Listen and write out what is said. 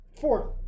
four